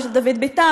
ושל דוד ביטן,